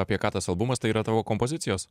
apie ką tas albumas tai yra tavo kompozicijos